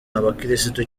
abakristu